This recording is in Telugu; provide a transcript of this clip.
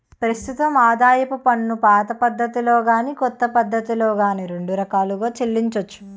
ప్రస్తుతం ఆదాయపు పన్నుపాత పద్ధతిలో గాని కొత్త పద్ధతిలో గాని రెండు రకాలుగా చెల్లించొచ్చు